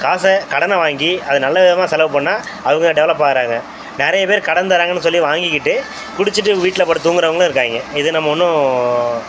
காசை கடனை வாங்கி அது நல்ல விதமாக செலவு பண்ணா அவங்க டெவலப் ஆகறாங்க நிறைய பேர் கடன் தர்றாங்கன்னு சொல்லி வாங்கிக்கிட்டு குடிச்சிவிட்டு வீட்லப் படுத்து தூங்குறவங்களும் இருக்காய்ங்க இது நம்ம ஒன்றும்